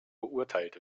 beurteilt